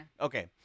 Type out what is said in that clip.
okay